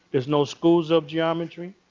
there's no schools of geometry.